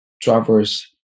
drivers